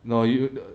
no you